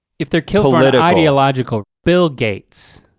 if they're killing it. ideological bill gates,